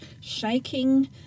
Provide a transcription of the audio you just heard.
shaking